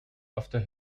after